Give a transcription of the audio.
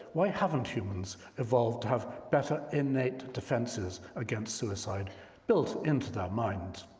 why haven't humans evolved to have better innate defenses against suicide built into their mind?